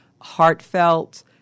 heartfelt